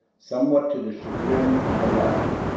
somewhat to the chagrin of the latter,